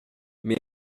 mais